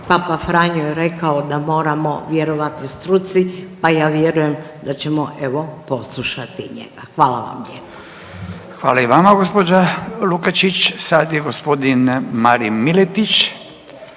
Papa Franjo je rekao da moramo vjerovati struci pa ja vjerujem da ćemo evo poslušati i njega. Hvala vam lijepa. **Radin, Furio (Nezavisni)** Hvala i vama gospođo Lukačić. Sada je g. Marin Miletić